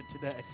today